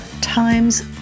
times